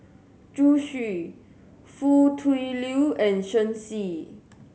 Zhu Xu Foo Tui Liew and Shen Xi